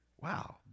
Wow